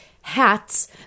hats